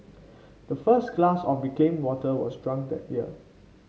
the first glass of reclaimed water was drunk that year